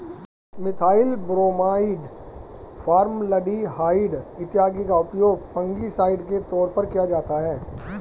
methyl bromide, formaldehyde इत्यादि का उपयोग फंगिसाइड के तौर पर किया जाता है